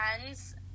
friends